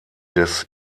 des